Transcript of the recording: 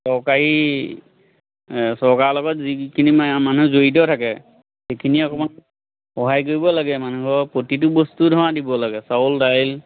চৰকাৰী চৰকাৰ লগত যিখিনি মানুহ জড়িত থাকে সেইখিনি অকণমান সহায় কৰিব লাগে মানুহৰ প্ৰতিটো বস্তু ধৰা দিব লাগে চাউল দাইল